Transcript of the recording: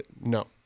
No